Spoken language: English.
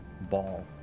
ball